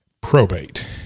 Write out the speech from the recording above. probate